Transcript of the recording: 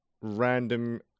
random